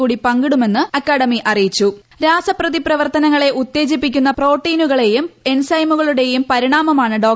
കൂടി പങ്കിടുമെന്നും അക്കാദമി രാസപ്രതിപ്രവർത്തനങ്ങളെ ഉത്തേജിപ്പിക്കുന്ന പ്രോട്ടീനുകളേയും എൻസൈമുകളുടേയും പരിണാമമാണ് ഡോ